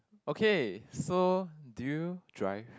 okay so do you drive